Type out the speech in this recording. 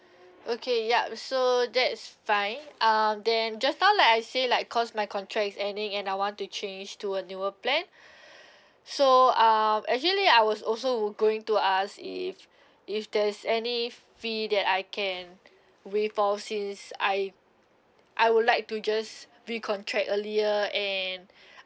okay yup so that's fine um then just now like I say like cause my contract is ending and I want to change to a newer plan so um actually I was also going to ask if if there is any fee that I can waive off since I I would like to just recontract earlier and